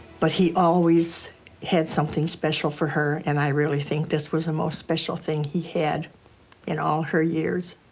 but he always had something special for her. and i really think this was the most special thing he had in all her years.